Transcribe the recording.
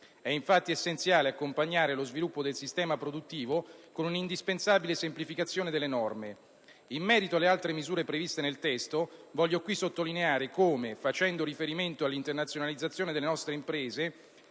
È infatti essenziale accompagnare lo sviluppo del sistema produttivo con una indispensabile semplificazione delle norme. In merito alle altre misure previste nel testo, voglio qui sottolineare come, facendo riferimento all'internazionalizzazione delle nostre imprese,